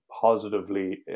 positively